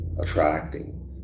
attracting